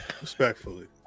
respectfully